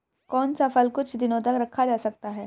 कौन सा फल कुछ दिनों तक रखा जा सकता है?